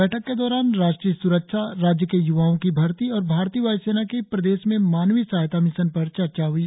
बैठक के दौरान राष्ट्रीय सुरक्षा राज्य के युवाओ की भर्ती और भारतीय वायुसेना की प्रदेश में मानवीय सहायता मिशन पर चर्चा हई